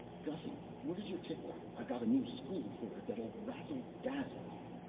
gussy, where's your tickler? i've got a new spool for it that'll razzle-dazzle you.